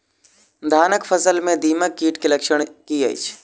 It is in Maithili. धानक फसल मे दीमक कीट केँ लक्षण की अछि?